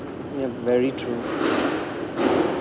yup very true